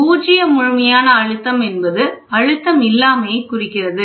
பூஜ்ஜிய முழுமையான அழுத்தம் என்பது அழுத்தம் இல்லாமையை குறிக்கிறது